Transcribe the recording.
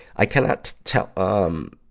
i cannot tell um,